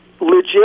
legit